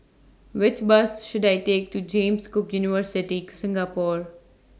Which Bus should I Take to James Cook University Singapore